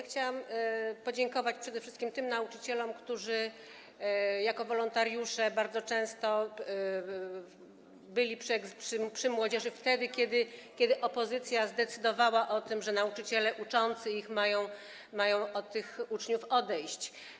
Chciałam podziękować przede wszystkim tym nauczycielom, którzy jako wolontariusze bardzo często byli przy młodzieży wtedy, kiedy opozycja zdecydowała o tym, że nauczyciele uczący ich mają od swoich uczniów odejść.